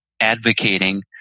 advocating